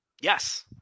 Yes